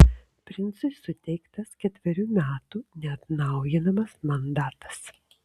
princui suteiktas ketverių metų neatnaujinamas mandatas